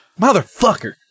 motherfucker